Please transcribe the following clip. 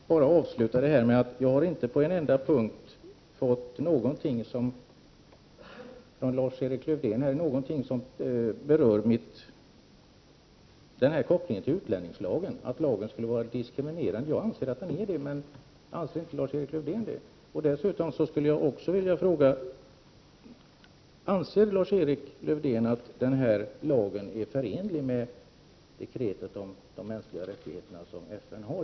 Herr talman! Jag vill avsluta debatten med att jag inte har fått höra någonting från Lars-Erik Lövdén som berör kopplingen till utlänningslagen och att den skulle vara diskriminerande. Jag anser att den är det. Anser inte Lars-Erik Lövdén att den är det? Dessutom skulle jag vilja fråga: Anser Lars-Erik Lövdén att den här lagen är förenlig med FN:s deklaration om de mänskliga rättigheterna?